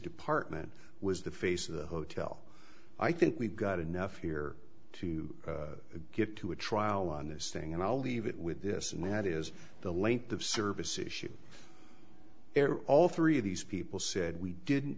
department was the face of the hotel i think we've got enough here to get to a trial on this thing and i'll leave it with this and that is the length of service issue there all three of these people said we didn't